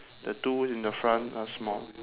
the two in the front are small